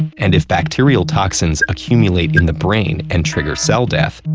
and if bacterial toxins accumulate in the brain and trigger cell death,